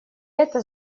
это